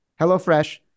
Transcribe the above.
HelloFresh